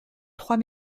trois